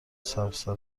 سبزتر